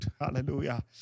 Hallelujah